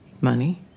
Money